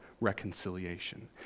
reconciliation